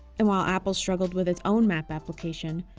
and while apple struggled with its own map application,